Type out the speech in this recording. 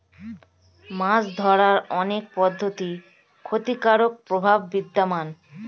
মাছ ধরার অনেক পদ্ধতির ক্ষতিকারক প্রভাব বিদ্যমান